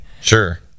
Sure